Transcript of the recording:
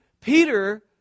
Peter